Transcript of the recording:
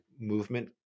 movement